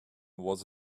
was